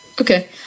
Okay